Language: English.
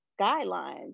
guidelines